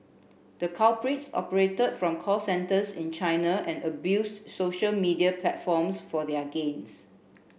the culprits operated from call centres in China and abused social media platforms for their gains